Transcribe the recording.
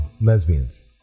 lesbians